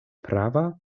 prava